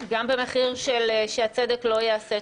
גם במחיר של שהצדק לא ייעשה.